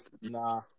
Nah